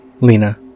Lena